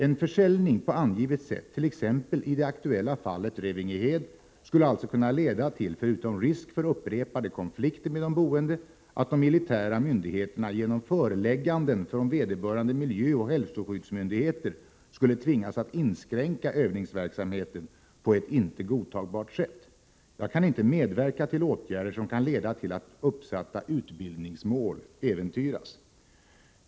En försäljning på angivet sätt, t.ex. i det aktuella fallet Revingehed, skulle alltså kunna leda till, förutom risk för upprepade konflikter med de boende, att de militära myndigheterna genom förelägganden från vederbörande miljöoch hälsoskyddsmyndigheter skulle tvingas att inskränka övningsverksamheten på ett inte godtagbart sätt. Jag kan inte medverka till åtgärder som kan leda till att uppsatta utbildningsmål äventyras.